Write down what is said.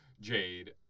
Jade